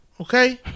okay